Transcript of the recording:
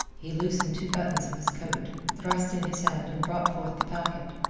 he loosened two buttons of his coat, thrust in his hand, and brought forth the packet.